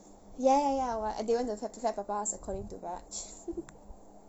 ya ya ya what~ they went to to fla~ flag a bus according to raj